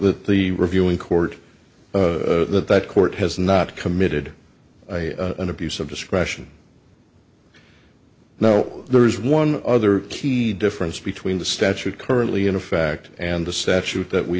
that the reviewing court that that court has not committed an abuse of discretion no there is one other key difference between the statute currently in effect and the statute that we